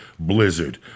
blizzard